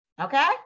Okay